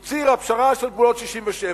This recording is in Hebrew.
הוא ציר הפשרה של גבולות 67',